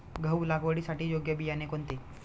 गहू लागवडीसाठी योग्य बियाणे कोणते?